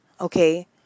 okay